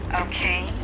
okay